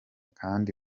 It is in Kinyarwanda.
kandi